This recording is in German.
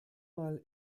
mal